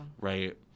Right